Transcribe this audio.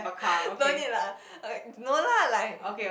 no need lah no lah like